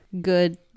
good